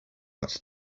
but